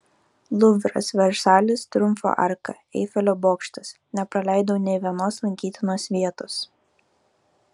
luvras versalis triumfo arka eifelio bokštas nepraleidau nė vienos lankytinos vietos